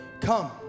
Come